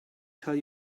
tell